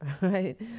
Right